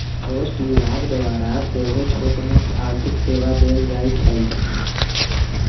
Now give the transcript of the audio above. post विभाग द्वारा सेहो छोटमोट आर्थिक सेवा देल जाइ छइ